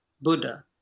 Buddha